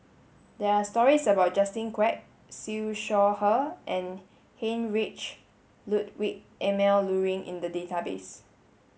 there are stories about Justin Quek Siew Shaw Her and Heinrich Ludwig Emil Luering in the database